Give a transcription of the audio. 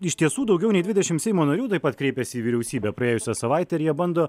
iš tiesų daugiau nei dvidešim seimo narių taip pat kreipėsi į vyriausybę praėjusią savaitę ir jie bando